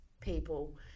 people